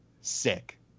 sick